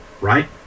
right